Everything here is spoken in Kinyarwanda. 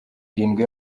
irindwi